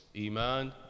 Iman